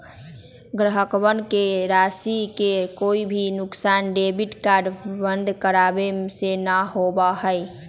ग्राहकवन के राशि के कोई भी नुकसान डेबिट कार्ड बंद करावे से ना होबा हई